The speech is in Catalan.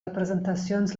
representacions